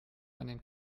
einen